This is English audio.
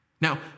Now